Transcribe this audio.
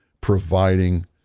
providing